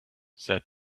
said